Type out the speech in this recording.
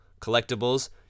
collectibles